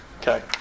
Okay